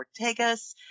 Ortegas